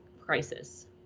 crisis